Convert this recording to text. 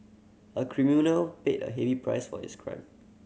a criminal paid a heavy price for his crime